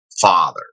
father